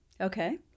Okay